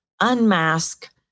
unmask